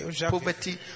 Poverty